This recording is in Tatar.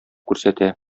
күрсәтә